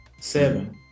Seven